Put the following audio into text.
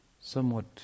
somewhat